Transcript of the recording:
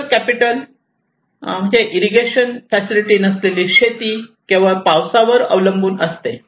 physical capital irrigation facility नसलेली शेती केवळ पावसावर अवलंबून असते